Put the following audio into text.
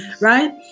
Right